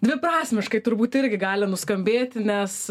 dviprasmiškai turbūt irgi gali nuskambėti nes